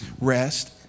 rest